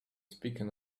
speaking